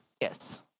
Yes